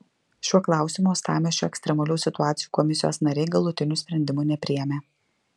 šiuo klausimu uostamiesčio ekstremalių situacijų komisijos nariai galutinių sprendimų nepriėmė